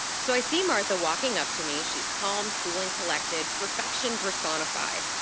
so i see martha walking up to me. she's calm, cool, and collected, perfection personified.